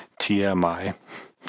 TMI